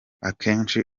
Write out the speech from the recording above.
akenshi